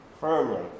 firmly